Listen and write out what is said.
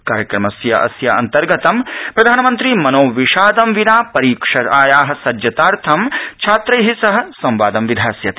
कार्यक्रमस्य अस्य अन्तर्गतं प्रधानमन्त्री मनोविषादं विना परीक्षाया सज्जतार्थ छात्रै सह संवादं विधास्यति